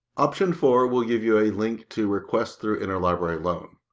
option four will give you a link to request through interlibrary loan.